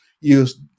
use